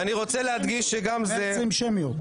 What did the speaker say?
ואני רוצה להדגיש שגם זה --- אני